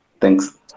Thanks